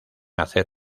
hacer